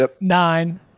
nine